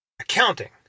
accounting